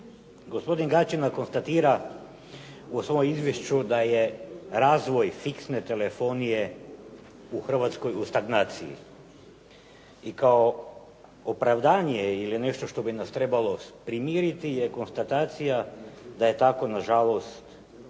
Gospodin Gaćina konstatira u svom izvješću da je razvoj fiksne telefonije u Hrvatskoj u stagnaciji i kao opravdanje ili nešto što bi nas trebalo primiriti je konstatacija da je tako nažalost i